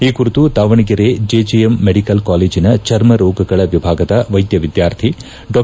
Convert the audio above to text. ಈ ಕುರಿತು Davanagere JJM medical ಕಾಲೇಜಿನ ಚರ್ಮ ರೋಗಗಳ ವಿಭಾಗದ ವೈದ್ಯ ವಿದ್ಯಾರ್ಥಿ ಡಾ